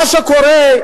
מה שקורה,